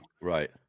Right